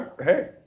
Hey